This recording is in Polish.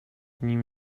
nim